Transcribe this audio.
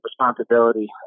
responsibility